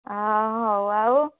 ଆଉ